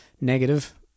negative